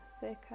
thicker